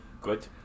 Good